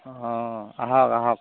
অঁ আহক আহক